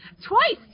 twice